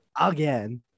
again